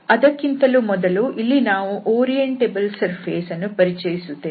ಅದಕ್ಕಿಂತಲೂ ಮೊದಲು ಇಲ್ಲಿ ನಾವು ಓರಿಯಂಟೇಬಲ್ ಸರ್ಫೇಸ್ ಅನ್ನು ಪರಿಚಯಿಸುತ್ತೇವೆ